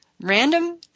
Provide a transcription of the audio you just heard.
Random